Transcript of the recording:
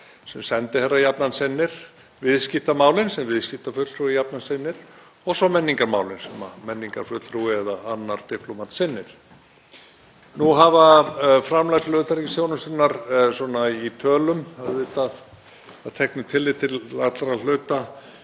sem sendiherra jafnan sinnir, viðskiptamálin sem viðskiptafulltrúi jafnan sinnir og svo menningarmálin sem menningarfulltrúi eða annar diplómat sinnir. Nú hafa framlög til utanríkisþjónustunnar í tölum, auðvitað að teknu tilliti til allra hluta,